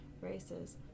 races